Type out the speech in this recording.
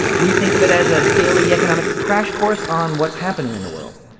we think of it as a daily economics crash course on what's happening in the world.